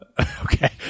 okay